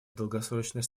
долгосрочная